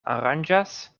aranĝas